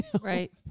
Right